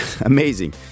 amazing